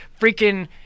freaking